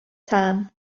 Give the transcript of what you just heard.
tan